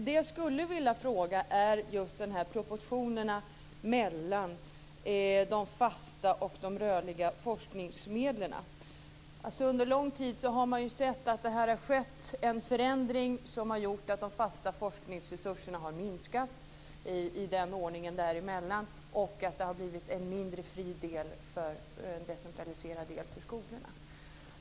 Det jag skulle vilja fråga om är proportionerna mellan de fasta och de rörliga forskningsmedlen. Under lång tid har man sett att det har skett en förändring som gjort att de fasta forskningsresurserna har minskat och att det har blivit en mindre fri del för en decentraliserad del för skolorna.